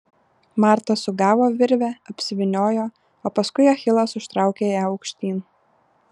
marta sugavo virvę apsivyniojo o paskui achilas užtraukė ją aukštyn